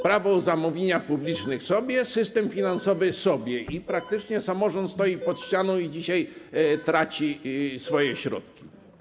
Prawo o zamówieniach publicznych sobie, system finansowy sobie i praktycznie samorząd stoi pod ścianą i dzisiaj traci swoje środki.